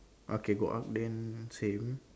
okay got arch then same